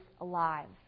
alive